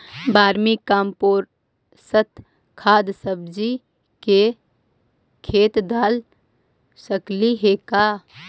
Vermi compost खाद सब्जी के खेत दाल सकली हे का?